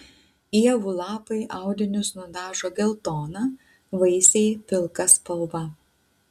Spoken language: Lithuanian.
ievų lapai audinius nudažo geltona vaisiai pilka spalva